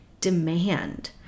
demand